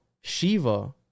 Shiva